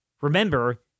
Remember